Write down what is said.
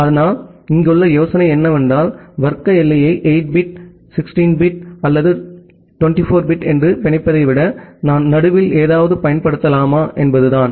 ஆனால் இங்குள்ள யோசனை என்னவென்றால் வர்க்க எல்லையை 8 பிட் 16 பிட் அல்லது 24 பிட் என்று பிணைப்பதை விட நான் நடுவில் ஏதாவது பயன்படுத்தலாமா என்பதுதான்